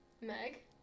Meg